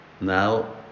Now